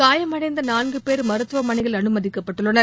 காயமடைந்த நான்கு பேர் மருத்துவனையில் அனுமதிக்கப்பட்டுள்ளனர்